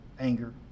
anger